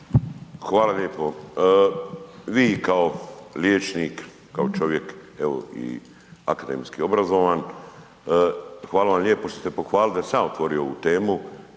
Hvala lijepo. Vi kao liječnik, kao čovjek evo i akademski obrazovan, hvala vam lijepo što ste pohvalili da sam ja otvorio ovu temu